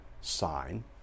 sign